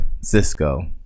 Cisco